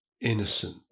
innocent